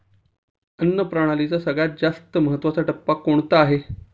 अन्न प्रणालीचा सगळ्यात जास्त महत्वाचा टप्पा कोणता आहे?